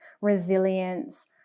resilience